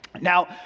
Now